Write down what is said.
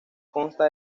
consta